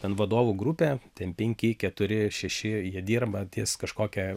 ten vadovų grupė ten penki keturi šeši jie dirba ties kažkokia